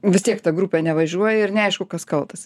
vis tiek ta grupė nevažiuoja ir neaišku kas kaltas